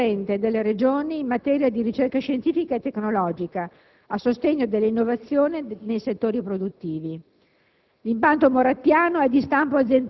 in cui esiste una competenza concorrente delle Regioni in materia di ricerca scientifica e tecnologica a sostegno dell'innovazione nei settori produttivi.